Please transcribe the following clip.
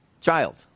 child